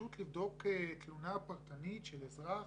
וזאת פשוט כדי לבדוק תלונה פרטנית של אזרח